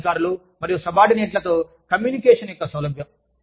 ఉన్నతాధికారులు మరియు సబార్డినేట్లతో కమ్యూనికేషన్ యొక్క సౌలభ్యం